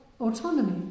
autonomy